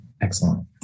excellent